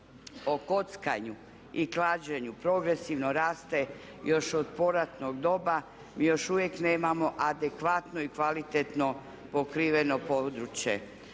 o kockanju i klađenju progresivno raste još od poratnog doba. Mi još uvijek nemamo adekvatno i kvalitetno pokriveno područje.